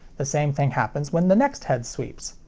the same thing happens when the next head sweeps.